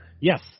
Yes